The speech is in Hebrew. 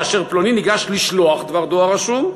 כאשר פלוני ניגש לשלוח דבר דואר רשום,